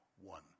one